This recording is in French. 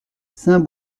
saint